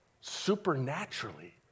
supernaturally